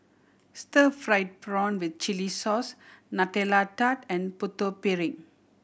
stir fried prawn with chili sauce Nutella Tart and Putu Piring